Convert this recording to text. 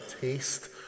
taste